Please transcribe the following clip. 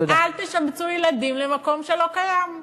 אל תשבצו ילדים למקום שלא קיים.